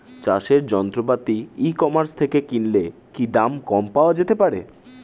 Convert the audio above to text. চাষের যন্ত্রপাতি e commerce থেকে কিনলে কি দাম কম পাওয়া যেতে পারে?